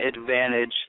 advantage